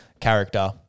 Character